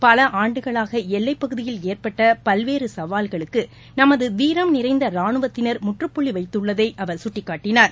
பல ஆண்டுகளாக எல்லைப் பகுதியில் ஏற்பட்ட பல்வேறு சவால்களுக்கு நமது வீரம் நிறைந்த ராணுவத்தினர் முற்றுப் புள்ளி வைத்துள்ளதை அவர் சுட்டிக் காட்டினார்